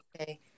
okay